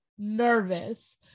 nervous